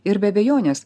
ir be abejonės